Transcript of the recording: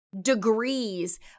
degrees